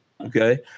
okay